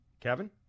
Kevin